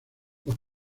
los